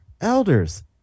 elders